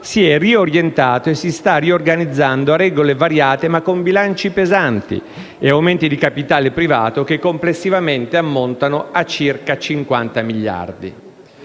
si è riorientato e si sta riorganizzando a regole variate ma con bilanci pesanti e aumenti di capitale privato che, complessivamente, ammontano a circa 50 miliardi.